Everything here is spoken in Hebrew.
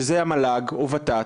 שזה מל"ג או ות"ת,